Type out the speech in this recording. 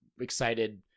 excited